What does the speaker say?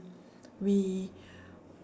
we